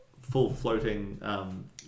full-floating